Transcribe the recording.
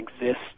exist